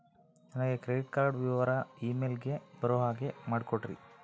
ನನಗೆ credit card ವಿವರ email ಗೆ ಬರೋ ಹಾಗೆ ಮಾಡಿಕೊಡ್ರಿ?